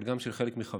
אבל גם של חלק מחבריי.